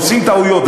עושים טעויות,